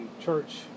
church